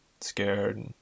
scared